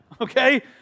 okay